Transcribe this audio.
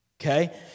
Okay